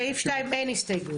אין הסעיף אושר.